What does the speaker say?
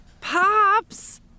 Pops